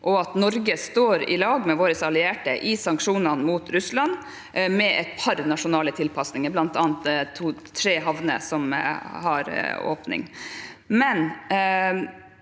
Norge står sammen med sine allierte i sanksjonene mot Russland, med et par nasjonale tilpasninger, bl.a. at tre havner har åpning.